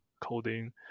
coding